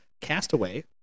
Castaway